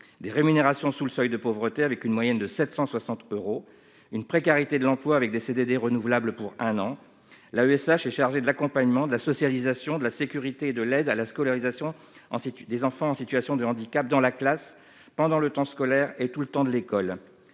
des rémunérations sous le seuil de pauvreté, avec une moyenne de 760 euros, une précarité de l'emploi avec des CDD renouvelable pour un an la USH est chargé de l'accompagnement de la socialisation de la sécurité de l'aide à la scolarisation en six tue des enfants en situation de handicap dans la classe pendant le temps scolaire et tout le temps de l'école